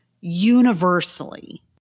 universally